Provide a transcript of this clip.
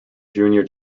junior